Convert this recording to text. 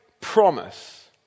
promise